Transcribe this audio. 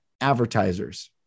advertisers